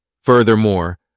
Furthermore